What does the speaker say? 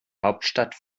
hauptstadt